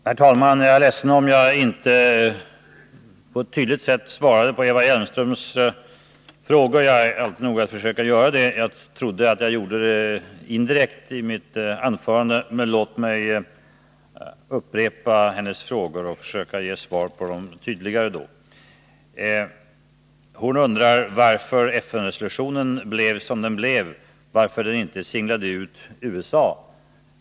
Herr talman! Jag är ledsen om jag inte på ett tydligt sätt svarade på Eva Hjelmströms frågor. Jag är alltid angelägen att försöka göra det. Jag trodde jag gjorde det indirekt i mitt anförande, men låt mig då upprepa hennes frågor och försöka besvara dem tydligare! Eva Hjelmström undrade för det första varför FN-resolutionen blev som den blev, varför den inte ”singlade ut” USA.